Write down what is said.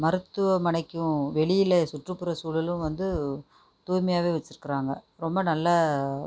மருத்துவமனைக்கும் வெளியில் சுற்றுப்புறச் சூழலும் வந்து தூய்மையாகவே வச்சுருக்குறாங்க ரொம்ப நல்லா